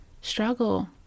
struggle